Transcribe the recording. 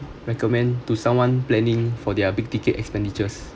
recommend to someone planning for their big ticket expenditures